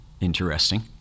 Interesting